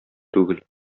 түгел